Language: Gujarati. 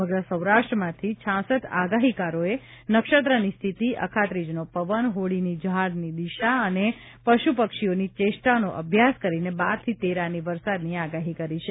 સમગ્ર સૌરાષ્ટ્રમાંથી હૃ આગાહીકારોએ નક્ષત્રની સ્થિતિ અખાત્રીજનો પવન હોળીની ઝાળની દિશા અને પશ્ન પક્ષીઓની ચેષ્ટાનો અભ્યાસ કરીને બારથી તેર આની વરસાદની આગાહી કરી છે